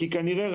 כי כנראה,